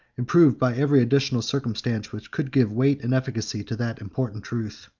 improved by every additional circumstance which could give weight and efficacy to that important truth.